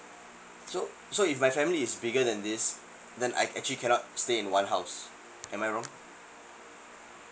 so so if my family is bigger than this then I actually cannot stay in one house am I wrong